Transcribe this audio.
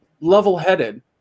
level-headed